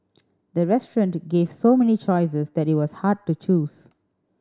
the restaurant gave so many choices that it was hard to choose